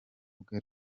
bwe